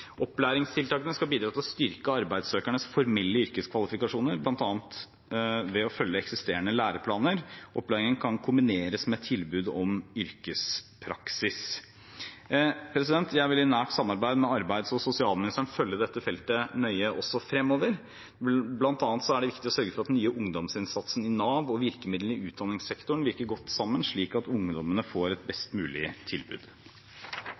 Opplæringstiltakene skal bidra til å styrke arbeidssøkernes formelle yrkeskvalifikasjoner, bl.a. ved å følge eksisterende læreplaner. Opplæringen kan kombineres med tilbud om yrkespraksis. Jeg vil i nært samarbeid med arbeids- og sosialministeren følge dette feltet nøye også fremover. Det er bl.a. viktig å sørge for at den nye ungdomsinnsatsen i Nav og virkemidlene i utdanningssektoren virker godt sammen, slik at ungdommene får et best mulig tilbud.